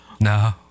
No